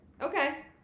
Okay